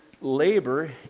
labor